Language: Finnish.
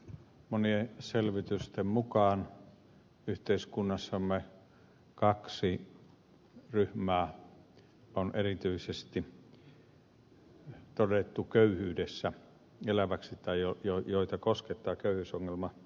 monien selvitysten mukaan yhteiskunnassamme kaksi ryhmää on erityisesti todettu köyhyydessä eläviksi tai sellaisiksi joita koskettaa köyhyysongelma